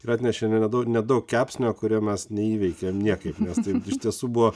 ir atnešė ne nedaug nedaug kepsnio kurio mes neįveikėm niekaip nes tai iš tiesų buvo